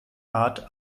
art